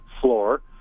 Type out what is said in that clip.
floor